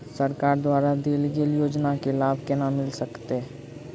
सरकार द्वारा देल गेल योजना केँ लाभ केना मिल सकेंत अई?